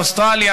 האוסטרלי,